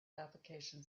application